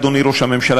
אדוני ראש הממשלה,